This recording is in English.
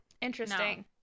Interesting